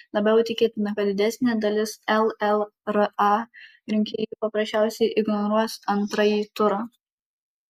labiau tikėtina kad didesnė dalis llra rinkėjų paprasčiausiai ignoruos antrąjį turą